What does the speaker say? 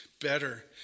better